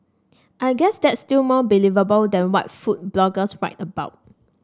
I guess that's still more believable than what food bloggers write about